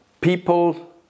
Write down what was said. people